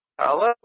Hello